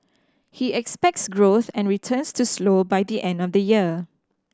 he expects growth and returns to slow by the end of the year